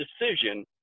decision